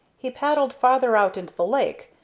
he paddled farther out into the lake,